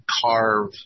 carve